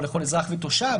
או לכל אזרח ותושב,